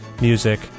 music